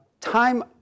time